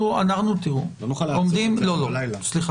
סליחה.